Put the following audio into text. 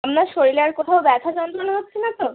শরীরে আর কোথাও ব্যথা যন্ত্রণা হচ্ছে না তো